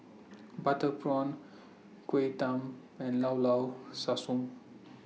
Butter Prawn Kuih Talam and Llao Llao Sanum